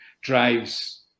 drives